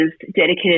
dedicated